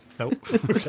Nope